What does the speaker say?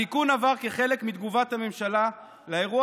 התיקון עבר כחלק מתגובת הממשלה לאירוע